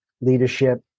leadership